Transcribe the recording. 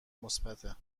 مثبته